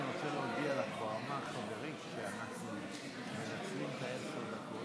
כל מי שעל פי החוק של חבר הכנסת טיבי,